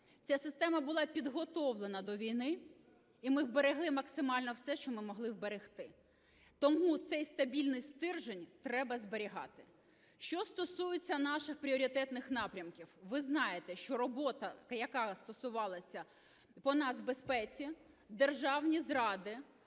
Ця система була підготовлена до війни, і ми вберегли максимально все, що ми могли вберегти. Тому цей стабільний стержень треба зберігати. Що стосується наших пріоритетних напрямків. Ви знаєте, що робота, яка стосувалася по нацбезпеці, державні зради,